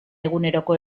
eguneroko